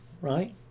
right